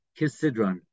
kisidron